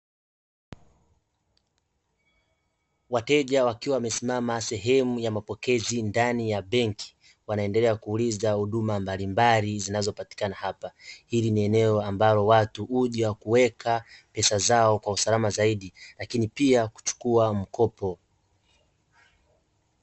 Wateja wakiwa wamesimama sehemu ya mapokezi ndani ya benki, wanaendelea kuuliza huduma mbalimbali zinazopatikana hapo. Hili ni eneo ambalo watu huja kuweka pesa zao kwa usalama zaidi, lakini pia kuja kuchukua mkopo.